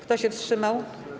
Kto się wstrzymał?